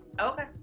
Okay